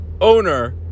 owner